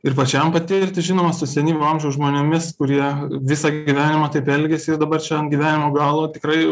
ir pačiam patirti žinoma su sevyvo amžiaus žmonėmis kurie visą gyvenimą taip elgėsi dabar čia ant gyvenimo galo tikrai